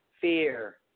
fear